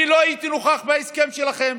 אני לא הייתי נוכח בהסכם שלכם,